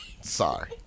Sorry